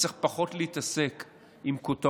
צריך פחות להתעסק עם כותרות,